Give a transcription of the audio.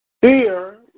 Fear